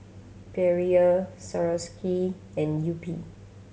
Perrier Swarovski and Yupi